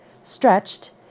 stretched